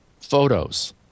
photos